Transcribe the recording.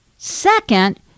Second